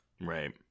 Right